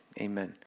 Amen